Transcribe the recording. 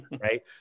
Right